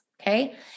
Okay